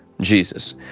Jesus